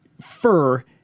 fur